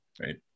Right